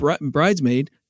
bridesmaid